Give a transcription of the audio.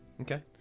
Okay